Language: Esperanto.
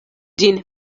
ĝin